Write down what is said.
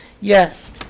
yes